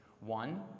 One